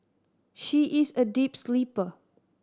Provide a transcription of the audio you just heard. she is a deep sleeper